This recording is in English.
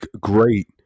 great